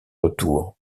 retour